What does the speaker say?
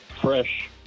fresh